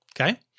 Okay